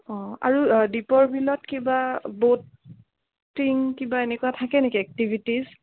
অ' আৰু দীপৰ বিলত কিবা ব'টিং কিবা এনেকুৱা থাকে নেকি এক্টিভিটিজ